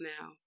now